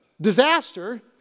disaster